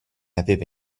aveva